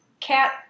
cat